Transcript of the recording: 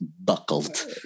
buckled